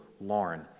Lauren